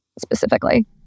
specifically